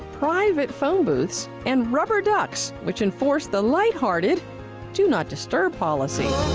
private phone booths, and rubber ducks, which enforce the lighthearted do not disturb policy.